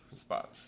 spot